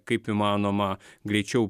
kaip įmanoma greičiau